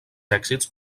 èxits